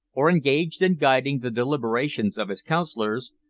or engaged in guiding the deliberations of his counsellors,